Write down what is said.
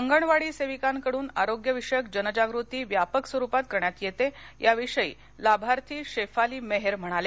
अंगणवाडी सेविकांकडून आरोग्यविषयक जनजागृती व्यापक स्वरुपात करण्यात येते या विषयी लाभार्थी शेफाली मेहेर म्हणाल्या